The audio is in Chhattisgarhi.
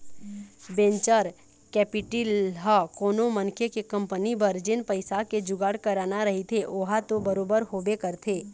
वेंचर कैपेटिल ह कोनो मनखे के कंपनी बर जेन पइसा के जुगाड़ कराना रहिथे ओहा तो बरोबर होबे करथे